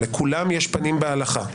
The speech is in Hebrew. לכולם יש פנים בהלכה,